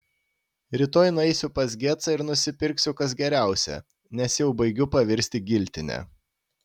rytoj nueisiu pas gecą ir nusipirksiu kas geriausia nes jau baigiu pavirsti giltine